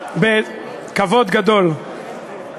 כבוד גדול, אני מודה לך.